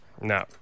No